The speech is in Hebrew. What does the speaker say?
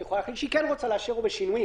והיא יכולה להחליט שהיא כן רוצה לאשר או בשינויים.